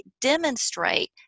demonstrate